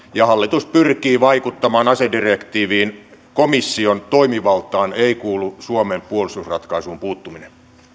hallitus pyrkii vaikuttamaan asedirektiiviin komission toimivaltaan ei kuulu suomen puolustusratkaisuun puuttuminen